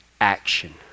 action